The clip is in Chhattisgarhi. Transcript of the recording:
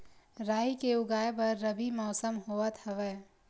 राई के उगाए बर रबी मौसम होवत हवय?